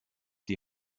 die